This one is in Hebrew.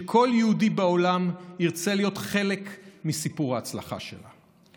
שכל יהודי בעולם ירצה להיות חלק מסיפור ההצלחה שלה.